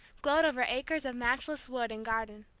glowed over acres of matchless wood and garden.